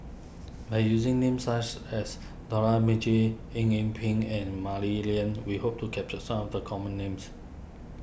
by using names such as Dollah Majid Eng Yee Peng and Mah Li Lian we hope to capture some of the common names